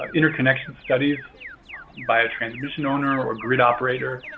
ah interconnection studies by a transmission owner or grid operator,